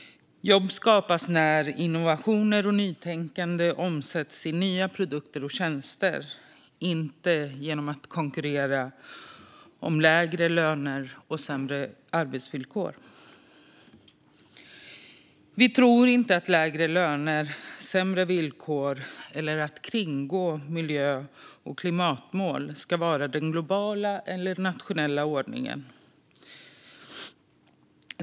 Jobb skapas när innovationer och nytänkande omsätts i nya produkter och tjänster, inte genom att man konkurrerar med lägre löner och sämre arbetsvillkor. Vi tror inte att lägre löner, sämre villkor eller kringgående av miljö och klimatmål ska vara den globala eller nationella ordningen.